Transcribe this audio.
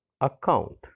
account